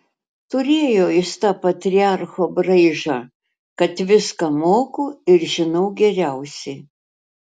turėjo jis tą patriarcho braižą kad viską moku ir žinau geriausiai